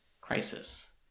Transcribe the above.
crisis